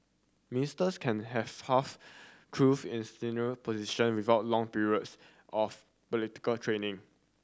ministers can have half truth in senior position without long periods of political training